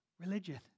religion